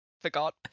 Forgot